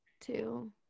two